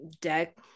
deck